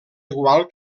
igual